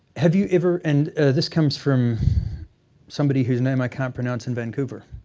have you ever, and this comes from somebody whose name i can't pronounce in vancouver.